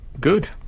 good